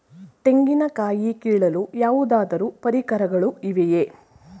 ತೆಂಗಿನ ಕಾಯಿ ಕೀಳಲು ಯಾವುದಾದರು ಪರಿಕರಗಳು ಇವೆಯೇ?